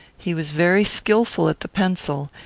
he was very skilful at the pencil,